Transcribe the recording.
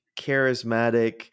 charismatic